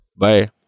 Bye